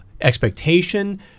expectation